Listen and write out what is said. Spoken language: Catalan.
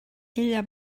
ella